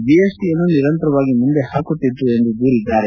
JSC ಯನ್ನು ನಿರಂತರವಾಗಿ ಮುಂದೆ ಹಾಕುತ್ತಿತ್ತು ಎಂದು ದೂರಿದ್ದಾರೆ